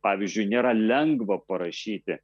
pavyzdžiui nėra lengva parašyti